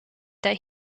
that